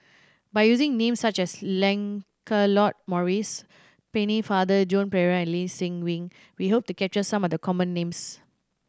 by using names such as Lancelot Maurice Pennefather Joan Pereira and Lee Seng Wee we hope to capture some of the common names